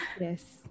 Yes